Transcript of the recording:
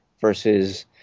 versus